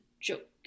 joke